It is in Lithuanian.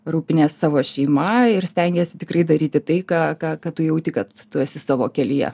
rūpiniesi savo šeima ir stengiesi tikrai daryti tai ką ką ką tu jauti kad tu esi savo kelyje